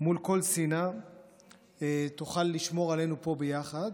מול כל שנאה תוכל לשמור עלינו פה ביחד.